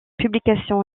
publications